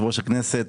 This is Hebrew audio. יושב-ראש הכנסת,